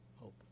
hope